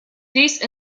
these